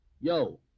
yo